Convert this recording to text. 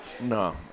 No